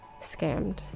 scammed